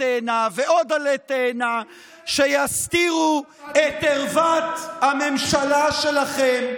תאנה ועוד עלה תאנה שיסתירו את ערוות הממשלה שלכם,